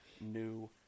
new